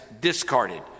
discarded